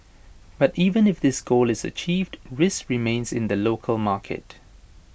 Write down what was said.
but even if this goal is achieved risks remain in the local market